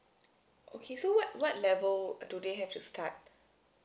okay so what what level do they have to start